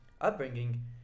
upbringing